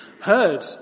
heard